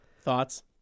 thoughts